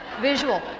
visual